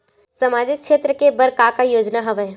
सामाजिक क्षेत्र के बर का का योजना हवय?